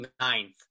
ninth